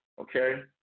okay